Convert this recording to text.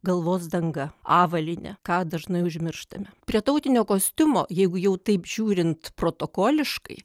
galvos danga avalynė ką dažnai užmirštame prie tautinio kostiumo jeigu jau taip žiūrint protokoliškai